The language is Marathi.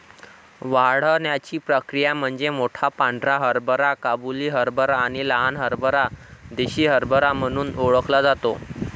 वाढण्याची प्रक्रिया म्हणजे मोठा पांढरा हरभरा काबुली हरभरा आणि लहान हरभरा देसी हरभरा म्हणून ओळखला जातो